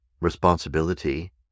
responsibility